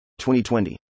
2020